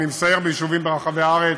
אני מסייר ביישובים ברחבי הארץ,